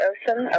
Ocean